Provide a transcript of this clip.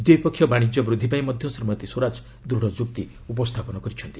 ଦ୍ୱିପକ୍ଷିୟ ବାଣିଜ୍ୟ ବୁଦ୍ଧି ପାଇଁ ମଧ୍ୟ ଶ୍ରୀମତୀ ସ୍ୱରାଜ ଦୃଢ଼ ଯୁକ୍ତି ଉପସ୍ଥାପନ କରିଛନ୍ତି